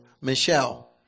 Michelle